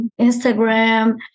Instagram